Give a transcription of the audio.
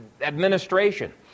administration